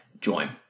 join